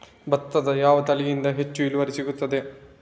ಭತ್ತದ ಯಾವ ತಳಿಯಿಂದ ಹೆಚ್ಚು ಇಳುವರಿ ಸಿಗುತ್ತದೆ?